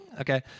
Okay